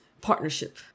partnership